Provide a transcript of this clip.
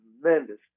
tremendous